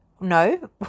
no